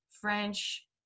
French